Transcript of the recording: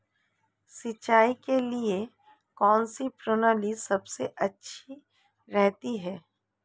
सिंचाई के लिए कौनसी प्रणाली सबसे अच्छी रहती है?